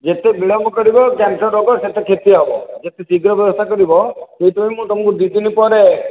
ଯେତେ ବିଳମ୍ବ କରିବ କ୍ୟାନ୍ସର ରୋଗ ସେତେ କ୍ଷତି ହେବ ଯେତେ ଶୀଘ୍ର ବ୍ୟବସ୍ଥା କରିବ ସେଇଥିପାଇଁ ମୁଁ ତୁମକୁ ଦୁଇ ଦିନ ପରେ